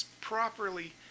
properly